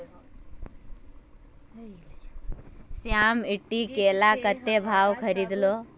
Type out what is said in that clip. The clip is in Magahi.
श्याम ईटी केला कत्ते भाउत खरीद लो